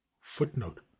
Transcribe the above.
Footnote